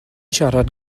siarad